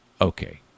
Okay